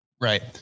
Right